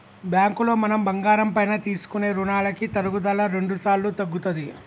బ్యాంకులో మనం బంగారం పైన తీసుకునే రుణాలకి తరుగుదల రెండుసార్లు తగ్గుతది